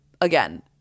again